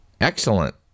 Excellent